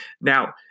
Now